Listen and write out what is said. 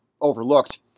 overlooked